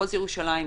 מחוז ירושלים,